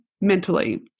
mentally